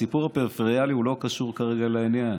הסיפור הפריפריאלי לא קשור כרגע לעניין.